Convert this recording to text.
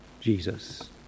Jesus